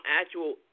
actual